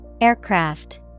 Aircraft